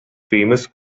famous